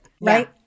right